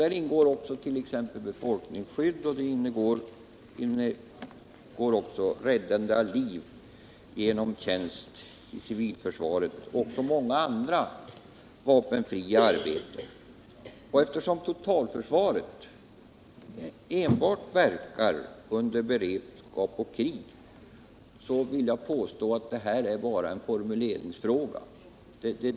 Däri ingår även befolkningsskydd, räddande av liv genom tjänst i civilförsvaret samt många andra vapenfria arbeten. Eftersom totalförsvaret verkar enbart under beredskap och krig, vill jag påstå att det här är bara en formuleringsfråga.